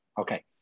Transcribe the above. Okay